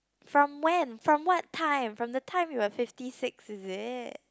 from when from what time from the time you were fifty six is it